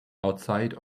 outside